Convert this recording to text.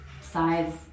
size